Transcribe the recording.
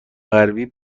غربی